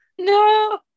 No